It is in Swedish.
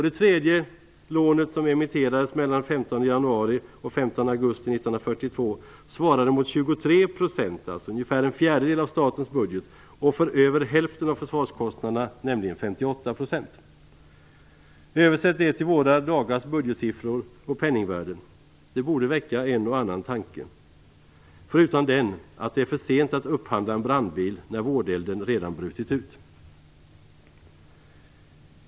Det tredje lånet - augusti 1942 - svarade mot 23 %, eller ungefär en fjärdedel, av statens budget och för över hälften av försvarskostnaderna, nämligen 58 %. Översätt det till våra dagars budgetsiffror och penningvärde! Det borde väcka en och annan tanke, förutom den att det är för sent att upphandla en brandbil när vådelden redan brutit ut.